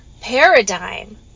paradigm